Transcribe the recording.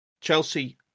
Chelsea